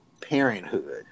parenthood